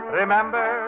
remember